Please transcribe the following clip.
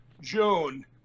June